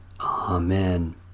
Amen